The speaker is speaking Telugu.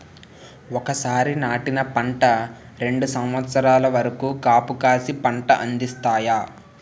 ఒకసారి నాటిన పంట రెండు సంవత్సరాల వరకు కాపుకాసి పంట అందిస్తాయి